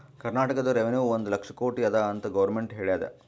ಕರ್ನಾಟಕದು ರೆವೆನ್ಯೂ ಒಂದ್ ಲಕ್ಷ ಕೋಟಿ ಅದ ಅಂತ್ ಗೊರ್ಮೆಂಟ್ ಹೇಳ್ಯಾದ್